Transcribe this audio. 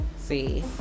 See